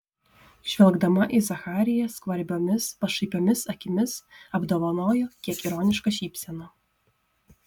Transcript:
žvelgdama į zachariją skvarbiomis pašaipiomis akimis apdovanojo kiek ironiška šypsena